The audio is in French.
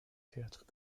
théâtres